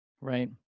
Right